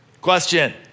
Question